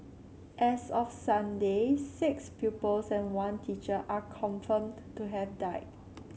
as of Sunday six pupils and one teacher are confirmed to have died